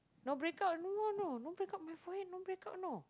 no breakout no more know no breakout on my forehead no breakout know